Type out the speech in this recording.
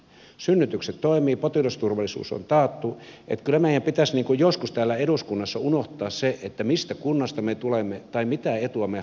synnytykset toimivat potilasturvallisuus on taattu niin että kyllä meidän pitäisi joskus täällä eduskunnassa unohtaa se mistä kunnasta me tulemme tai mitä etua me haluamme ajaa